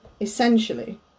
essentially